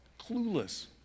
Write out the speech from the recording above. clueless